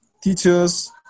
teachers